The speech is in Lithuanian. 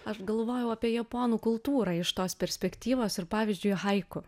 aš galvojau apie japonų kultūrą iš tos perspektyvos ir pavyzdžiui haiku